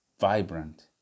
vibrant